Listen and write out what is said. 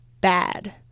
Bad